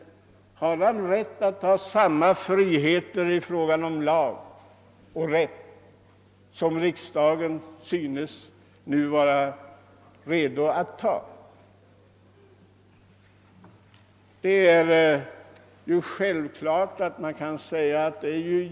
Har han rätt till samma frihet beträffande lag och rätt som riksdagen nu synes vara redo att ta sig?